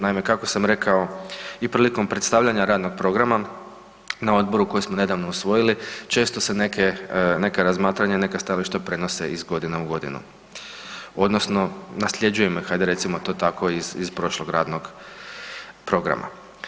Naime, kako sam rekao i prilikom predstavljanja radnog programa na odboru koji smo nedavno usvojili često se neke, neka razmatranja i neka stajališta prenose iz godine u godinu odnosno nasljeđujemo ih ajde recimo to tako iz prošlog radnog programa.